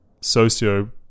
socio